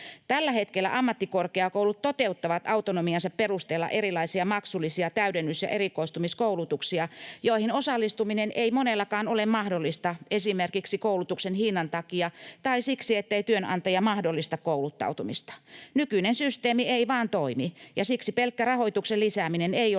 Tällä hetkellä ammattikorkeakoulut toteuttavat autonomiansa perusteella erilaisia maksullisia täydennys‑ ja erikoistumiskoulutuksia, joihin osallistuminen ei monellakaan ole mahdollista esimerkiksi koulutuksen hinnan takia tai siksi, ettei työnantaja mahdollista kouluttautumista. Nykyinen systeemi ei vain toimi, ja siksi pelkkä rahoituksen lisääminen ei ole riittävä